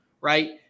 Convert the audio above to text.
right